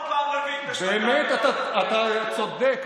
אנחנו פעם רביעית בשנתיים, באמת, אתה צודק.